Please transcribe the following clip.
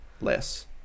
Less